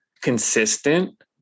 consistent